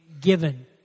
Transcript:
given